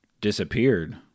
Disappeared